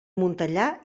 montellà